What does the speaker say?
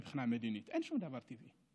מבחינה מדינית, אין שום דבר טבעי.